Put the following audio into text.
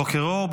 בוקר אור.